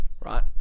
right